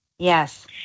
Yes